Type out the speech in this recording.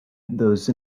those